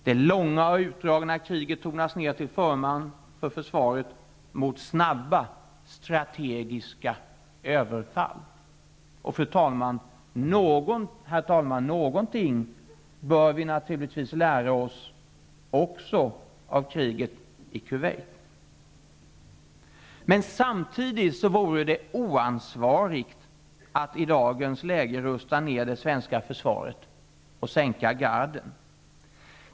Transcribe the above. Det långa och utdragna kriget tonas ned till förmån för försvaret mot snabba strategiska överfall. Någonting bör vi naturligtvis också lära oss av kriget i Kuwait. Samtidigt vore det oansvarigt att i dagens läge rusta ned det svenska försvaret och sänka garden.